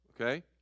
okay